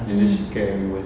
mm